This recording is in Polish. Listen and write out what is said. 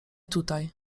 tutaj